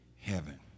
heaven